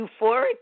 euphoric